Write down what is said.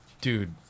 Dude